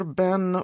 ben